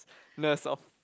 less of